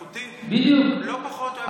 אחותי לא פחות אוהבת להתפרנס או צריכה להתפרנס.